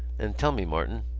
and tell me, martin.